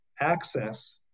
access